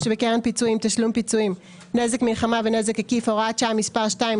וקרן פיצויים (תשלום פיצויים) (נזק מלחמה ונזק עקיף) (הוראת שעה מס' 2),